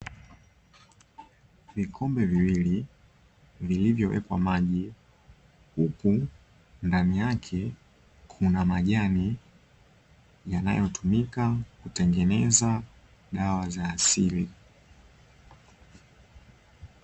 Vikombe viwili vilivyowekwa maji huku ndani yake kuna majani yanayotumika kutengeneza dawa za asili.